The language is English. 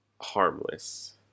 Harmless